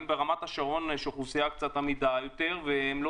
אם ברמת השרון יש אוכלוסייה אמידה יותר והם לא